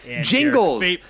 jingles